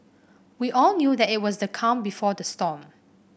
we all knew that it was the calm before the storm